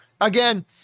Again